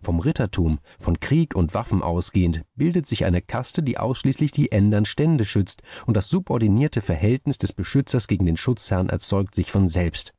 vom rittertum von krieg und waffen ausgehend bildet sich eine kaste die ausschließlich die ändern stände schützt und das subordinierte verhältnis des beschützten gegen den schutzherrn erzeugt sich von selbst